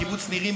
מקיבוץ נירים,